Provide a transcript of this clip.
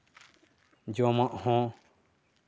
ᱡᱚᱢᱟᱜ ᱦᱚᱸ